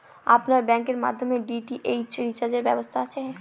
আপনার ব্যাংকের মাধ্যমে ডি.টি.এইচ রিচার্জের ব্যবস্থা আছে?